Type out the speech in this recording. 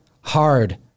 hard